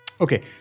Okay